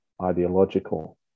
ideological